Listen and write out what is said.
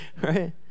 Right